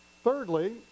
Thirdly